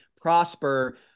Prosper